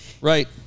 right